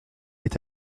est